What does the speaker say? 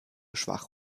schwach